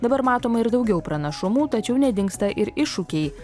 dabar matoma ir daugiau pranašumų tačiau nedingsta ir iššūkiai